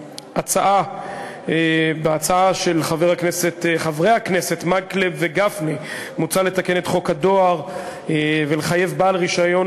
בהצעה של חברי הכנסת מקלב וגפני מוצע לתקן את חוק הדואר ולחייב בעל רישיון